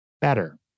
better